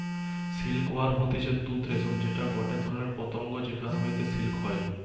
silk worm হতিছে তুত রেশম যেটা গটে ধরণের পতঙ্গ যেখান হইতে সিল্ক হয়